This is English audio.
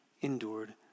endured